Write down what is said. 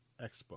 Expo